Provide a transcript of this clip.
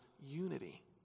unity